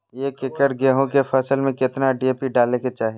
एक एकड़ गेहूं के फसल में कितना डी.ए.पी डाले के चाहि?